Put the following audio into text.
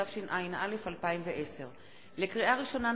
התשע"א 2010. לקריאה ראשונה,